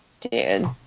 dude